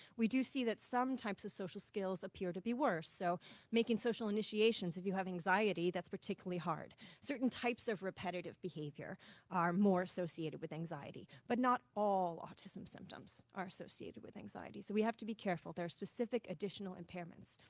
see that some types of social skills appear to be worse, so making social initiation, if you have anxiety that's particularly hard. certain types of repetitive behavior are more associated with anxiety but not all autism symptoms are associated with anxiety. so we have to be careful, there are specific additional impairments.